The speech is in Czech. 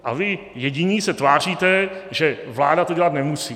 A vy jediní se tváříte, že vláda to dělat nemusí.